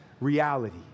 reality